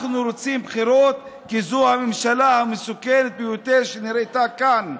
אנחנו רוצים בחירות כי זו הממשלה המסוכנת ביותר שנראתה כאן.